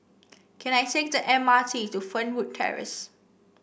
can I take the M R T to Fernwood Terrace